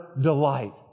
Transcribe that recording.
delight